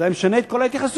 שהיה משנה את כל ההתייחסות,